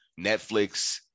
Netflix